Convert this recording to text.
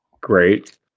Great